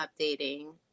updating